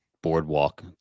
boardwalk